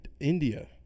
India